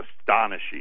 astonishing